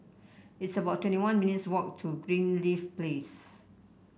it's about twenty one minutes' walk to Greenleaf Place